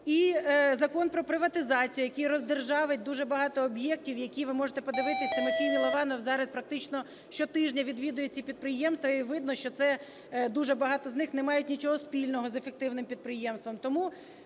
І Закон про приватизацію, який роздержавить дуже багато об'єктів, які, ви можете подивитися, Тимофій Милованов зараз практично щотижня відвідує ці підприємства, і видно, що це дуже багато з них не мають нічого спільно з ефективним підприємством.